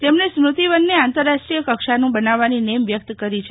તમણે સ્મૂતિવનને આંતરરાષ્ટ્રીય કક્ષાનું બનાવવાની નેમ વ્યક્ત કરી છે